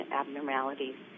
abnormalities